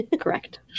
Correct